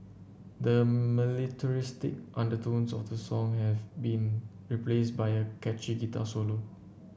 the militaristic undertones of the song have been replaced by a catchy guitar solo